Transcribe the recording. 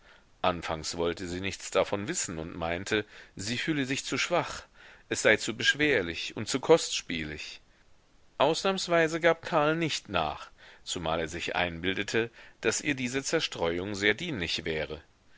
anfangs wollte sie nichts davon wissen und meinte sie fühle sich zu schwach es sei zu beschwerlich und zu kostspielig ausnahmsweise gab karl nicht nach zumal er sich einbildete daß ihr diese zerstreuung sehr dienlich wäre